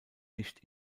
nicht